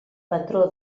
patró